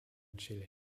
chile